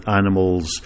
animals